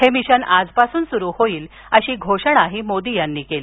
हे मिशन आजपासून सुरु होईल अशी घोषणा मोदी यांनी केली